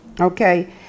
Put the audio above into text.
Okay